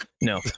No